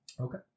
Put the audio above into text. Okay